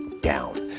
down